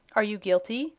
are you guilty,